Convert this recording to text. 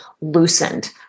loosened